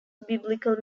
biblical